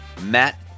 matt